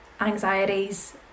anxieties